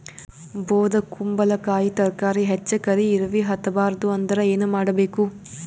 ಬೊದಕುಂಬಲಕಾಯಿ ತರಕಾರಿ ಹೆಚ್ಚ ಕರಿ ಇರವಿಹತ ಬಾರದು ಅಂದರ ಏನ ಮಾಡಬೇಕು?